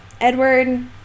Edward